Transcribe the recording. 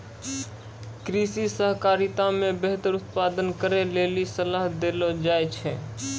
कृषि सहकारिता मे बेहतर उत्पादन करै लेली सलाह देलो जाय छै